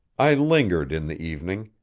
i lingered in the evening,